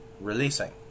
releasing